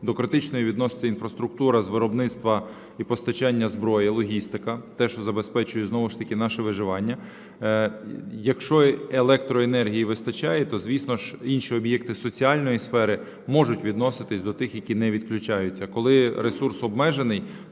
До критичної відноситься інфраструктура з виробництва і постачання зброї, логістика, те, що забезпечує знову ж таки наше виживання. Якщо електроенергії вистачає, то, звісно, інші об'єкти соціальної сфери можуть відноситися до тих, які не відключаються. А коли ресурс обмежений,